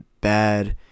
bad